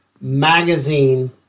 magazine